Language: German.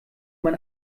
man